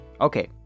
Okay